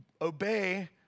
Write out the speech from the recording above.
obey